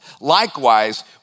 Likewise